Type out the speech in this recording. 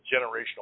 generational